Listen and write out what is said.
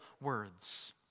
words